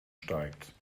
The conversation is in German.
steigt